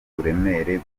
uburemere